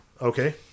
Okay